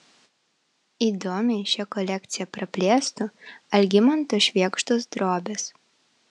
įdomiai šią kolekciją praplėstų algimanto švėgždos drobės